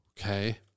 Okay